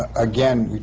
again,